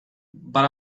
but